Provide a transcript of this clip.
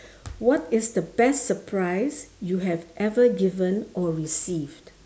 what is the best surprise you have ever given or received